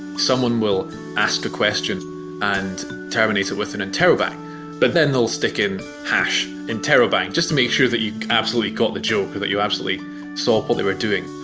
someone will ask a question and terminate with an interrobang but then they'll stick in hash interrobang, just to make sure that you absolutely got the joke, that you absolutely saw what they were doing.